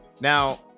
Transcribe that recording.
now